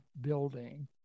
building